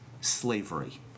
Slavery